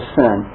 sin